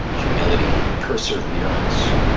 humility, perseverance,